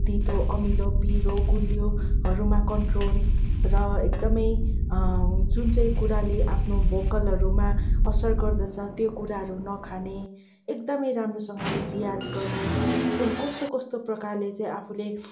तितो अमिलो पिरो गुलियोहरूमा कन्ट्रोल र एकदमै जुन चाहिँ कुराले आफ्नो भोक्कलहरूमा असर गर्दछ त्यो कुराहरू नखाने एकदमै राम्रोसँगले रियाज गर्ने कस्तो कस्तो प्रकारले चाहिँ आफूले